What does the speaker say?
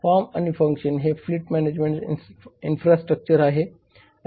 form आणि function हे fleet management infrastructure आहे